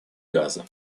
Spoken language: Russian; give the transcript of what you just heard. газа